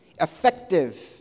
Effective